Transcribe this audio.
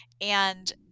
And-